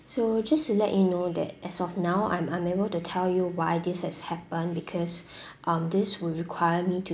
so just to let you know that as of now I'm unable to tell you why this has happened because um this will require me to